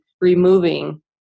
removing